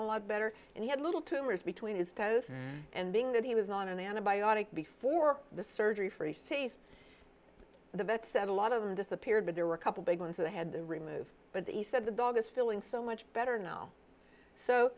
a lot better and he had little tumors between his toes and being that he was on an antibiotic before the surgery for a safe the vet said a lot of them disappeared but there were a couple big ones that i had to remove but he said the dog is feeling so much better now so